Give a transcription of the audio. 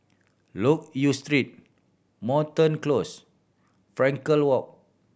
Loke Yew Street Moreton Close Frankel Walk